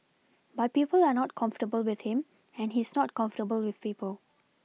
but people are not comfortable with him and he's not comfortable with people